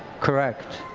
correct.